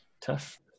tough